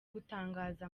gutangaza